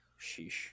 Sheesh